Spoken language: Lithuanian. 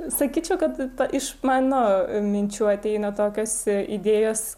sakyčiau kad ta iš mano minčių ateina tokios idėjos